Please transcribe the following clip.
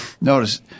Notice